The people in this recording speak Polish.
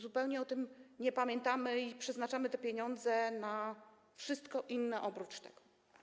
Zupełnie o tym nie pamiętamy i przeznaczamy te pieniądze na wszystko oprócz tego.